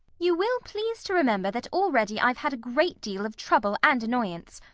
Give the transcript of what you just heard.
you will please to remember that already i've had a great deal of trouble and annoyance,